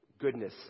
goodness